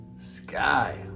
sky